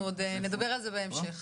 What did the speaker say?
אנחנו עוד נדבר על זה בהמשך.